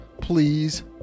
Please